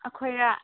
ꯑꯩꯈꯣꯏꯔ